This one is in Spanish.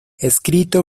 escrito